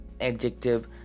adjective